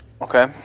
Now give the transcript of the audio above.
Okay